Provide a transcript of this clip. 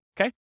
Okay